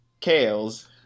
Kale's